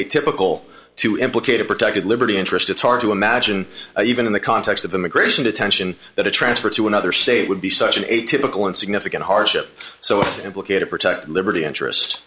a typical to implicate a protected liberty interest it's hard to imagine even in the context of immigration detention that a transfer to another state would be such an atypical and significant hardship so implicated protect liberty interest